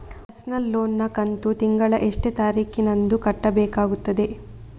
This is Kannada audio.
ಪರ್ಸನಲ್ ಲೋನ್ ನ ಕಂತು ತಿಂಗಳ ಎಷ್ಟೇ ತಾರೀಕಿನಂದು ಕಟ್ಟಬೇಕಾಗುತ್ತದೆ?